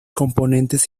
componentes